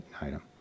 item